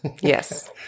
Yes